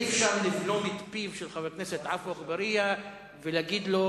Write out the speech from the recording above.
אי-אפשר לבלום את פיו של חבר הכנסת עפו אגבאריה ולהגיד לו: